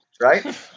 right